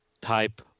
type